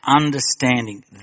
understanding